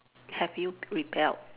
have you rebelled